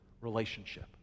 relationship